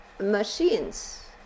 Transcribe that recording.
machines